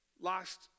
lost